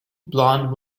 blond